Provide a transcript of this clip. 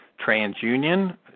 TransUnion